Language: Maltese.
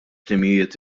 timijiet